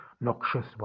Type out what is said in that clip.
noxious